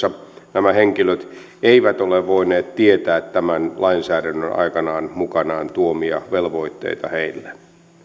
nämä henkilöt eivät ole voineet tietää tämän lainsäädännön aikanaan mukanaan tuomia velvoitteita heille